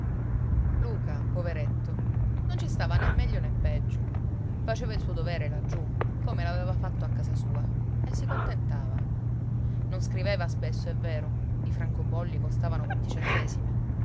luca poveretto non ci stava né meglio né peggio faceva il suo dovere laggiù come l'aveva fatto a casa sua e si contentava non scriveva spesso è vero i francobolli costavano venti centesimi